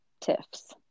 tiffs